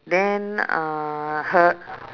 then uh her